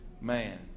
man